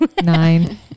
Nine